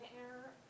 air